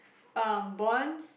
um bonds